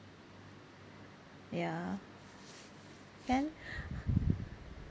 ya and